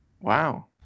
Wow